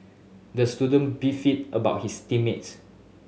the student beefed about his team mates